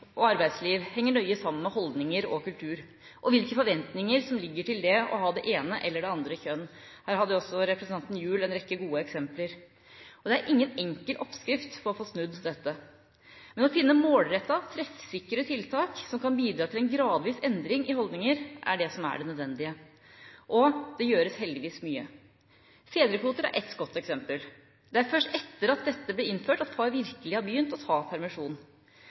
og arbeidsliv henger nøye sammen med holdninger og kultur og med hvilke forventninger som ligger til det å ha det ene eller det andre kjønn. Her hadde også representanten Gjul en rekke gode eksempler. Det er ingen enkel oppskrift på å få snudd dette. Men å finne målrettede og treffsikre tiltak som kan bidra til en gradvis endring i holdninger er det som er det nødvendige. Og det gjøres heldigvis mye. Fedrekvoter er et godt eksempel. Det er først etter at dette ble innført, at far virkelig har begynt å ta permisjon.